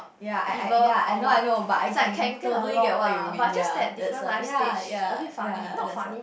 ya I I ya I know I know but I can totally get what you mean ya it's like ya ya ya that's like